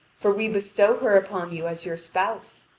for we bestow her upon you as your spouse.